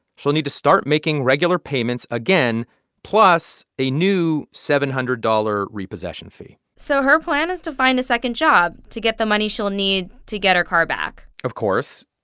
she'll need to start making regular payments again plus a new seven hundred dollars repossession fee so her plan is to find a second job to get the money she'll need to get her car back of course,